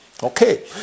Okay